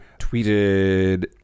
tweeted